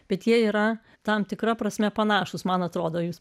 bet jie yra tam tikra prasme panašūs man atrodo jūs